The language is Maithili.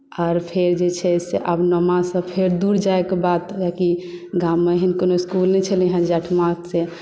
आओर फेर जे से आब नओमासँ फेर दूर जाए कऽ बात कियाकि गाममे एहन कोनो इस्कुल नहि छलै हेँ जे अठमासँ